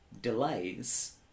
delays